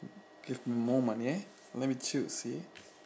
give me a moment yeah let me choose see